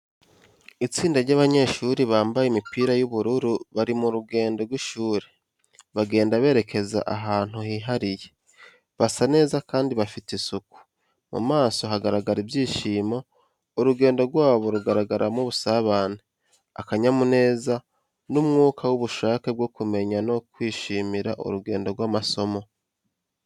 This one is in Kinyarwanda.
Itsinda ry’abanyeshuri bambaye imipira y’ubururu bari mu rugendo rw'ishuri, bagenda berekeza ahantu hihariye. Basa neza kandi bafite isuku, mu maso hagaragara ibyishimo. Urugendo rwabo rugaragaramo ubusabane, akanyamuneza, n’umwuka w’ubushake bwo kumenya no kwishimira urugendo rw’amasomo.